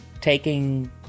taking